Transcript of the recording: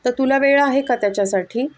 तर तुला वेळ आहे का त्याच्यासाठी